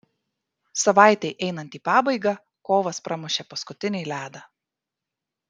savaitei einant į pabaigą kovas pramušė paskutinį ledą